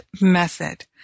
method